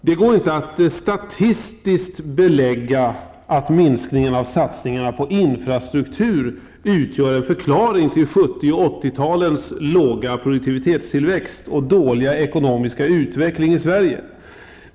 Det går inte att statistiskt belägga att minskningen av satsningarna på infrastruktur utgör en förklaring till 70 och 80-talens låga produktivitetstillväxt och dåliga ekonomiska utveckling i Sverige.